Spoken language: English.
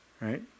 Right